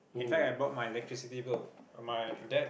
can try I brought my electricity bill my dad